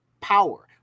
power